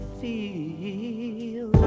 feel